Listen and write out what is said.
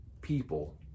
people